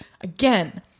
Again